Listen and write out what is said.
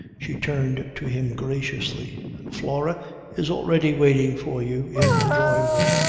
she turned to him graciously flora is already waiting for you in the drawing-room.